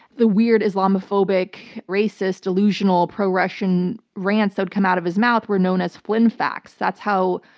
the weird islamophobic, racist, delusional, pro-russian rants that would come out of his mouth were known as flynn facts. that's how,